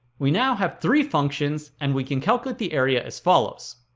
we now have three functions and we can calculate the area as follows